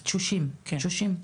תשושים,